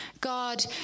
God